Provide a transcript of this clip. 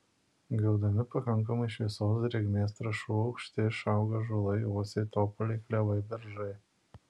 gaudami pakankamai šviesos drėgmės trąšų aukšti išauga ąžuolai uosiai topoliai klevai beržai